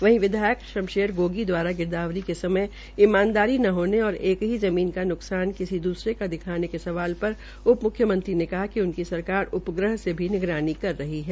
वहीं विधायक शमशेर गोगी द्वारा गिरदावरी के समय ईमानदारी न होने और एक की ज़मीन का न्कसान किसी द्रसरे का दिखाने के सवाल पर उप मुख्यमंत्री ने कहा कि उनकी सरकार उपग्रह से निगरानी कर रही है